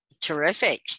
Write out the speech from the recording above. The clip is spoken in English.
Terrific